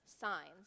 signs